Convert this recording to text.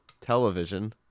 television